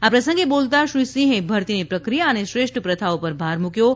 આ પ્રસંગે બોલતા શ્રીસિંહે ભરતીની પ્રક્રિયા અને શ્રેષ્ઠ પ્રથા પર ભાર મૂક્યો હતો